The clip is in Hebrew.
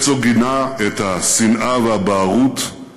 הרצוג גינה את השנאה והבערות,